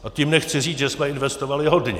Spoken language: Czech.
A tím nechci říct, že jsme investovali hodně.